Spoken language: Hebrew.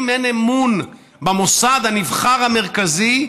אם אין אמון במוסד הנבחר המרכזי,